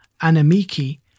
Anamiki